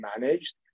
managed